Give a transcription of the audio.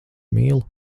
mīlu